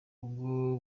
ubwo